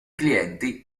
clienti